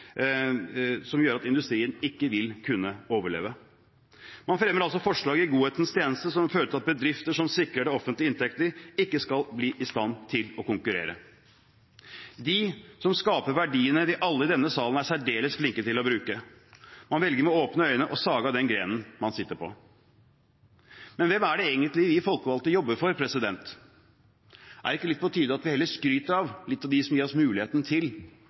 som gjør at industrien ikke vil kunne overleve. Man fremmer altså forslag i godhetens tjeneste som vil føre til at bedrifter som sikrer det offentlige inntekter, ikke skal bli i stand til å konkurrere – de som skaper verdiene alle i denne salen er særdeles flinke til å bruke. Man velger med åpne øyne å sage av den grenen man sitter på. Men hvem er det egentlig vi folkevalgte jobber for? Er det ikke på tide at vi heller skryter litt av dem som gir oss muligheten til